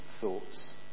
thoughts